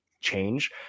change